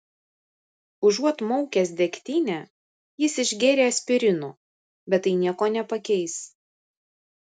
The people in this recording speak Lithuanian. užuot maukęs degtinę jis išgėrė aspirino bet tai nieko nepakeis